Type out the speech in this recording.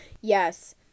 Yes